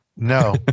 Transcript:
No